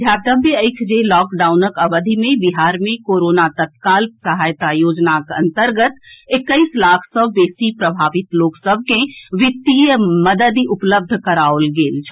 ध्यातव्य अछि जे लॉकडाउनक अवधि मे बिहार मे कोरोना तत्काल सहायता योजनाक अंतर्गत एक्कैस लाख सॅ बेसी प्रभावित लोक सभ के वित्तीय मददि उपलब्ध कराओल गेल छल